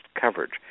coverage